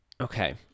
Okay